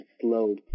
slow